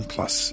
Plus